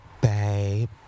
babe